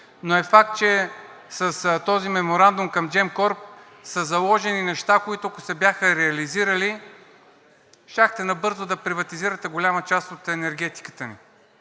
но е факт, че с този меморандум към Gemcorp са заложени неща, които, ако се бяха реализирали, щяхте набързо да приватизирате голяма част от енергетиката ни.